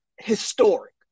Historic